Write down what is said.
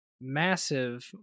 massive